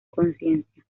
conciencia